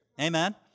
Amen